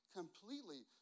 completely